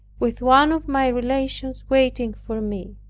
with one of my relations, waiting for me.